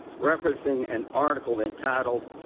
referencing an article entitled,